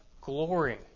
glory